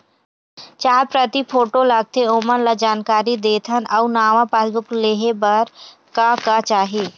चार प्रति फोटो लगथे ओमन ला जानकारी देथन अऊ नावा पासबुक लेहे बार का का चाही?